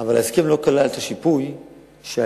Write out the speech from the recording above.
אבל בהסכם לא נכלל השיפוי שהיה